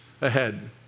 ahead